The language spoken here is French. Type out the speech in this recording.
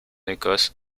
écosse